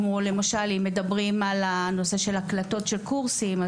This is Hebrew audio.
כמו למשל אם מדברים על הנושא של הקלטות של קורסים.